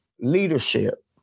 leadership